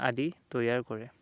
আদি তৈয়াৰ কৰে